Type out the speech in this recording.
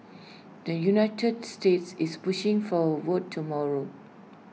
the united states is pushing for A vote tomorrow